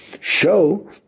show